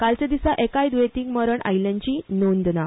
कालच्या दिसा एकाय द्येंतीक मरण आयिल्ल्याची नोंद ना